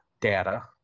data